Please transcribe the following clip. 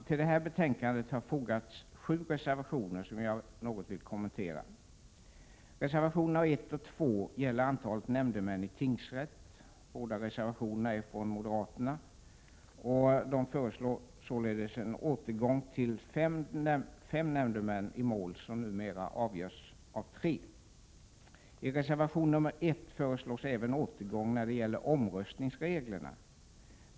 Till det här betänkandet har fogats sju reservationer, som jag vill kommentera något. Reservationerna 1 och 2 gäller antalet nämndemän i tingsrätt. Båda reservationerna är från moderaterna som föreslår återgång till fem nämndemän i mål som numera avgörs med tre. I reservation nr 1 föreslås även återgång när det gäller omröstningsreglerna.